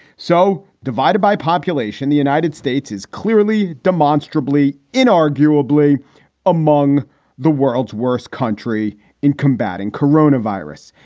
so divided by population, the united states is clearly, demonstrably, inarguably among the world's worst country in combating corona virus.